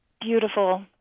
Beautiful